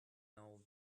now